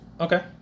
Okay